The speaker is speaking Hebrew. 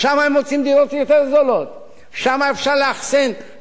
שם אפשר לאחסן עשרה איש במחסן שיום